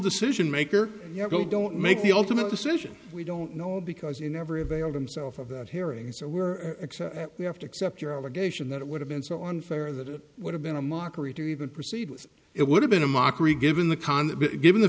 decision maker go don't make the ultimate decision we don't know because you never availed himself of that hearing so were we have to accept your obligation that it would have been so unfair that it would have been a mockery to even proceed it would have been a mockery given the cons given the